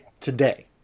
today